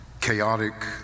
chaotic